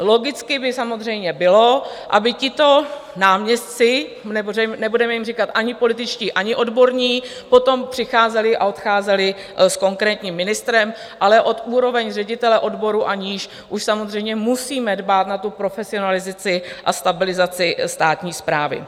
Logické by samozřejmě bylo, aby tito náměstci, nebudeme jim říkat ani političtí, ani odborní, potom přicházeli a odcházeli s konkrétním ministrem, ale od úrovně ředitele odboru a níž už samozřejmě musíme dbát na profesionalizaci a stabilizaci státní správy.